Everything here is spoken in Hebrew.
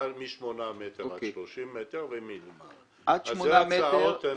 מעל שמונה עד 30 ומעל 30. מכיר.